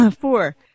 four